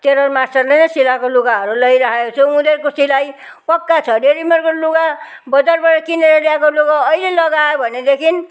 tailor मास्टरले सिलाएको लुगाहरू लगाइरहेको छु उनीहरूको सिलाई पक्का छ रेडिमेडको लुगा बजारबाट किनेर ल्याएको लुगा अहिले लगायो भनेदेखि